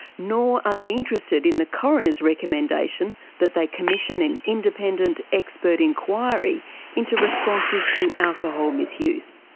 nor are they interested in the coroner's recommendation that they commission an independent expert inquiry into responses to alcohol misuse.